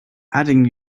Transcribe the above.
adding